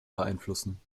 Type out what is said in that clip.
beeinflussen